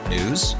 News